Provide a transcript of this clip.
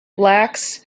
lax